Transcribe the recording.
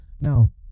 Now